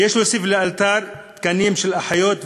יש להוסיף לאלתר תקנים של אחיות,